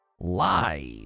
Live